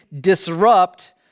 disrupt